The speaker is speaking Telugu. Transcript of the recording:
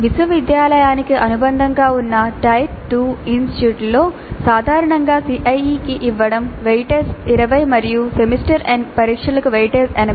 విశ్వవిద్యాలయానికి అనుబంధంగా ఉన్న టైర్ 2 ఇన్స్టిట్యూట్లలో సాధారణంగా CIE కి ఇవ్వబడిన వెయిటేజ్ 20 మరియు సెమిస్టర్ ఎండ్ పరీక్షకు వెయిటేజ్ 80